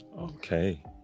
Okay